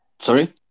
Sorry